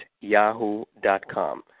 yahoo.com